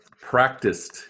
practiced